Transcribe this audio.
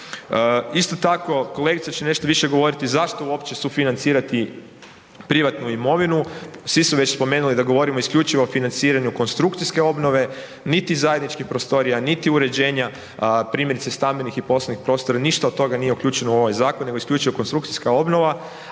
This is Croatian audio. Isto tako, kolegice će nešto više govoriti zašto uopće sufinancirati privatnu imovinu, svi su već spomenuli da govorimo isključivo o financiranju konstrukcijske obnove, niti zajedničkih prostorija, niti uređenja, primjerice, stambenih i poslovnih prostora, ništa od toga nije uključeno u ovaj zakon nego isključivo konstrukcijska obnova,